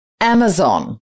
Amazon